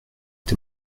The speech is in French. est